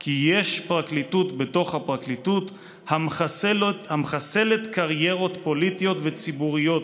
כי יש פרקליטות בתוך הפרקליטות המחסלת קריירות פוליטיות וציבוריות.